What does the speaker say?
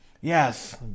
Yes